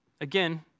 Again